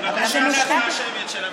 זאת לא השמית.